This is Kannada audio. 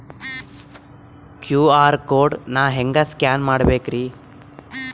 ಕ್ಯೂ.ಆರ್ ಕೋಡ್ ನಾ ಹೆಂಗ ಸ್ಕ್ಯಾನ್ ಮಾಡಬೇಕ್ರಿ?